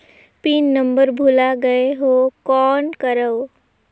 Pin number भुला गयें हो कौन करव?